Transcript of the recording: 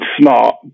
smart